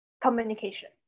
communication